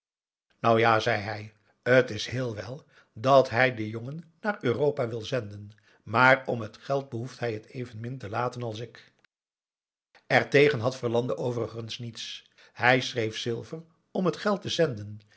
nou ja zei hij t is heel wel dat hij den jongen naar europa wil zenden maar om het geld behoeft hij het evenmin te laten als ik aum boe akar eel r tegen had verlande overigens niets hij schreef silver om het geld te zenden